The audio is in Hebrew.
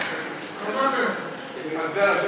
גברתי השרה,